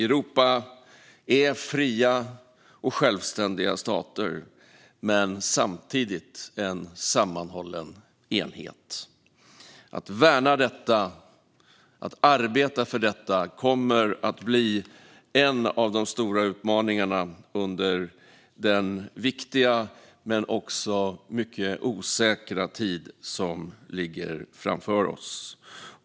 Europa är fria och självständiga stater, men samtidigt en sammanhållen enhet. Att värna detta och att arbeta för detta kommer att bli en av de stora utmaningarna under den viktiga men också mycket osäkra tid som ligger framför oss.